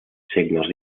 signos